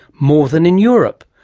more than in europe.